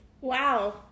Wow